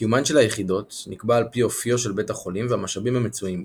קיומן של היחידות נקבע על פי אופיו של בית החולים והמשאבים המצויים בו.